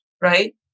right